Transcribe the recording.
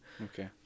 Okay